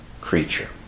creature